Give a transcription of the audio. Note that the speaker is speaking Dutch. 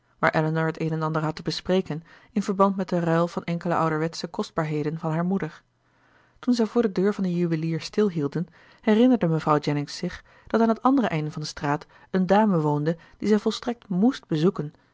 waar elinor het een en ander had te bespreken in verband met den ruil van enkele ouderwetsche kostbaarheden van hare moeder toen zij voor de deur van den juwelier stilhielden herinnerde mevrouw jennings zich dat aan het andere einde van de straat eene dame woonde die zij volstrekt moest bezoeken